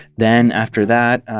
then after that,